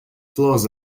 flaws